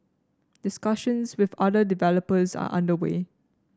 discussions with other developers are under way